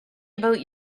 about